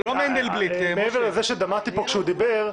מעבר לזה שדמעתי פה כשהוא דיבר,